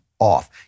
off